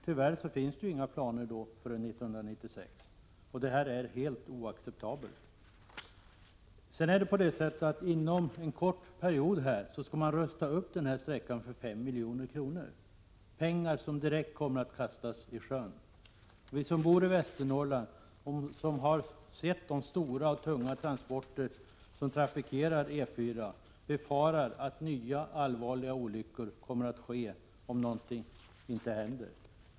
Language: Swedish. Tyvärr finns det inga planer som avses träda i kraft förrän 1996, och det är helt oacceptabelt. Inom en kort period skall denna sträcka rustas upp för 5 milj.kr. — pengar som direkt kommer att kastas i sjön. Vi som bor i Västernorrland och har sett de stora och tunga transporter som trafikerar E 4 befarar att nya allvarliga olyckor kommer att ske om någonting inte görs.